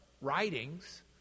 writings